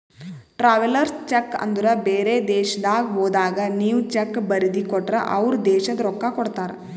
travellers cheque ಅಂದುರ್ ಬೇರೆ ದೇಶದಾಗ್ ಹೋದಾಗ ನೀವ್ ಚೆಕ್ ಬರ್ದಿ ಕೊಟ್ಟರ್ ಅವ್ರ ದೇಶದ್ ರೊಕ್ಕಾ ಕೊಡ್ತಾರ